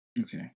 Okay